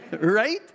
Right